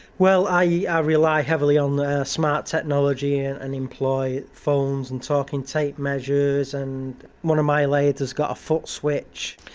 i yeah rely heavily on smart technology and and employ phones and talking tape measures and one of my lathes has got a foot switch.